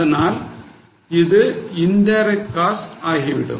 அதனால் இது indirect cost ஆகிவிடும்